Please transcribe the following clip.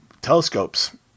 telescopes